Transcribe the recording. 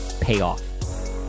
payoff